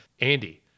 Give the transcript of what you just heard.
Andy